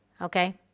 Okay